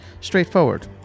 straightforward